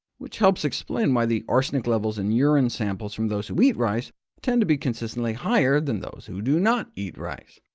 which helps explain why the arsenic levels in urine samples from those who eat rice tend to be consistently higher than those who do not eat rice.